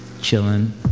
Chilling